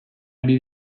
ari